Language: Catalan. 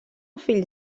fill